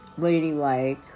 ladylike